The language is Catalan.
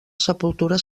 sepultura